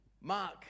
Mark